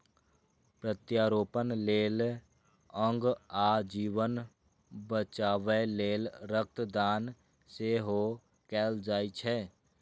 प्रत्यारोपण लेल अंग आ जीवन बचाबै लेल रक्त दान सेहो कैल जाइ छै